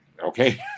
Okay